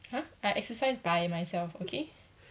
!huh! I exercise by myself okay